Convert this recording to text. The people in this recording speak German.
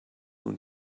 nun